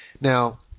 Now